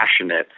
passionate